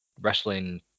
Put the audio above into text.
wrestling